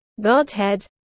Godhead